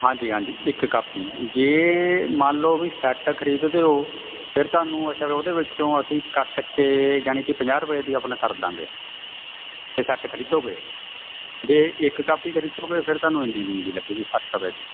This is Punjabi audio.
ਹਾਂਜੀ ਹਾਂਜੀ ਇੱਕ ਕਾਪੀ ਜੇ ਮੰਨ ਲਓ ਵੀ ਸੈੱਟ ਖਰੀਦਦੇ ਹੋ ਫਿਰ ਤੁਹਾਨੂੰ ਅੱਛਾ ਵੀ ਉਹਦੇ ਵਿੱਚੋਂ ਅਸੀਂ ਕੱਟ ਕੇ ਯਾਨੀ ਕਿ ਪੰਜਾਹ ਰੁਪਏ ਦੀ ਆਪਣਾ ਕਰ ਦਾਂਗੇ ਜੇ ਸੈੱਟ ਖਰੀਦੋਗੇ ਜੇ ਇੱਕ ਕਾਪੀ ਖਰੀਦੋਗੇ ਫਿਰ ਤੁਹਾਨੂੰ ਇੰਨੀ ਦੀ ਜੀ ਲੱਗਣੀ ਸੱਠ ਰੁਪਏ ਦੀ